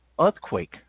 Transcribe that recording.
Earthquake